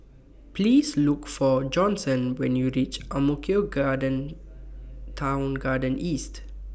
Please Look For Johnson when YOU REACH Ang Mo Kio Garden Town Garden East